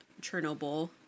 Chernobyl